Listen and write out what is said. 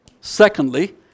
secondly